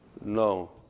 No